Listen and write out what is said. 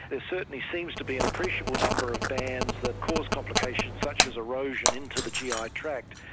there certainly seems to be an appreciable number of bands that cause complications such as erosion into the gi ah tract,